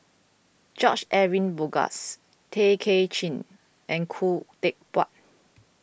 George Edwin Bogaars Tay Kay Chin and Khoo Teck Puat